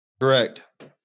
Correct